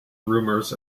rumors